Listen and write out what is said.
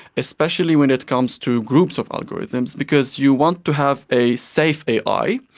especially when it comes to groups of algorithms because you want to have a safe ai.